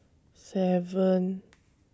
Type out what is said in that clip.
seven